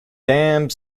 damned